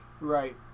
Right